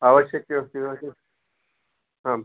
आवश्यकी अस्ति वा किम् आं